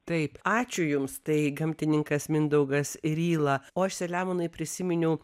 taip ačiū jums tai gamtininkas mindaugas ryla o aš selemonai prisiminiau